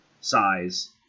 size